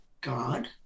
God